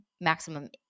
maximum